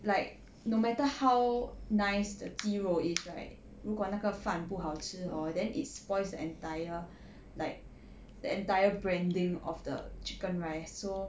like no matter how nice the 鸡肉 is right 如果那个饭不好吃 hor then it spoils the entire like the entire branding of the chicken rice so